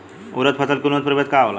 उरद फसल के उन्नत प्रभेद का होला?